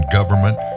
government